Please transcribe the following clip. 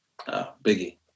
Biggie